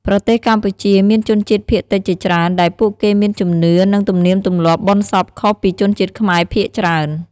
ប្រទេសកម្ពុជាមានជនជាតិភាគតិចជាច្រើន ដែលពួកគេមានជំនឿ និងទំនៀមទម្លាប់បុណ្យសពខុសពីជនជាតិខ្មែរភាគច្រើន។